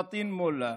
פטין מולא,